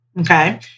okay